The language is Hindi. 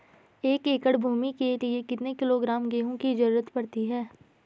एक एकड़ भूमि के लिए कितने किलोग्राम गेहूँ की जरूरत पड़ती है?